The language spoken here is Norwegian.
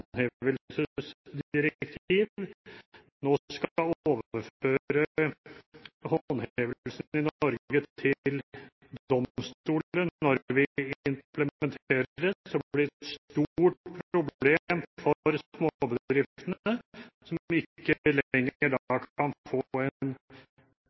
håndhevelsesdirektiv nå skal overføre håndhevelsen i Norge til domstoler når vi implementerer det, blir det et stort problem for småbedriftene som ikke